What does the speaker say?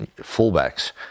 fullbacks